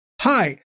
Hi